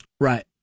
Right